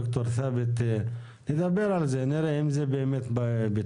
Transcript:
ד"ר ת'אבת, תדבר על זה, נראה אם זה באמת פתרון.